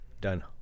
Done